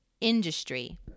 industry